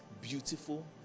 beautiful